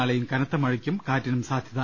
നാളെയും കനത്ത മഴയ്ക്കും കാറ്റിനും സാധ്യത